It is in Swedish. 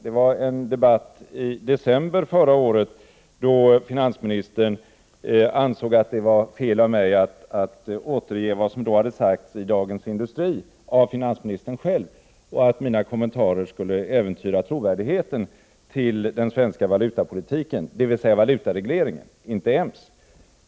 Det gällde en debatt i december förra året, då finansministern ansåg att det var fel av mig att i Dagens Industri återge vad som då hade sagts av finansministern själv och att mina kommentarer skulle äventyra trovärdigheten beträffande den svenska valutapolitiken, dvs. valutaregleringen — inte EMS.